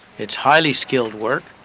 it is highly skilled work,